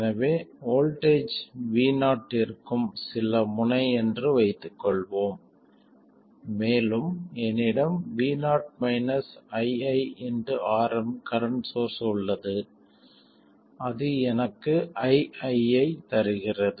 எனவே voltage vo இருக்கும் சில முனை என்று வைத்துக்கொள்வோம் மேலும் என்னிடம் vo iiRm கரண்ட் சோர்ஸ் உள்ளது அது எனக்கு ii ஐ அளிக்கிறது